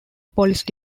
police